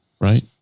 right